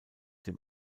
dem